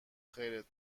خیرت